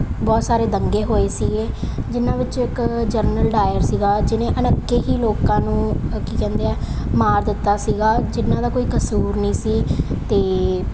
ਬਹੁਤ ਸਾਰੇ ਦੰਗੇ ਹੋਏ ਸੀਗੇ ਜਿਹਨਾਂ ਵਿੱਚੋਂ ਇੱਕ ਜਨਰਲ ਡਾਇਰ ਸੀਗਾ ਜਿਹਨੇ ਅਨੇਕਾਂ ਹੀ ਲੋਕਾਂ ਨੂੰ ਕੀ ਕਹਿੰਦੇ ਆ ਮਾਰ ਦਿੱਤਾ ਸੀਗਾ ਜਿਹਨਾਂ ਦਾ ਕੋਈ ਕਸੂਰ ਨਹੀਂ ਸੀ ਅਤੇ